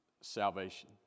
salvation